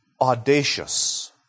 audacious